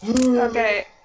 Okay